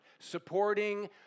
Supporting